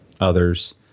others